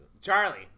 Charlie